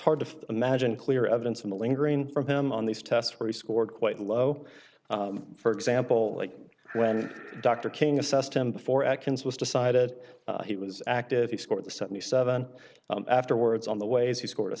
hard to imagine clear evidence of a lingering for him on these tests where he scored quite low for example like when dr king assessed him before actions was decided he was active he scored seventy seven afterwards on the ways he scored a